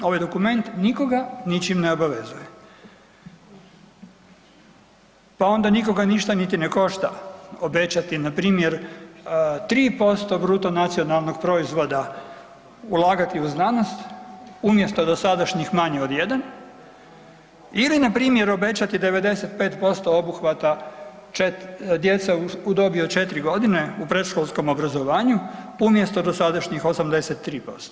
Ovaj dokument nikoga ničim ne obavezuje, pa onda nikoga ništa niti ne košta obećati npr. 3% BDP-a ulagati u znanost umjesto dosadašnjih manje od 1 ili npr. obećati 95% obuhvata djece u dobi od 4.g. u predškolskom obrazovanju umjesto dosadašnjih 83%